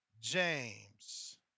James